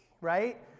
Right